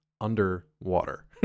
underwater